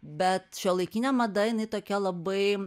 bet šiuolaikinė mada jinai tokia labai